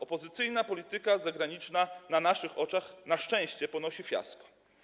Opozycyjna polityka zagraniczna na naszych oczach na szczęście ponosi fiasko.